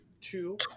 two